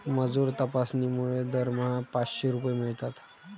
मजूर तपासणीमुळे दरमहा पाचशे रुपये मिळतात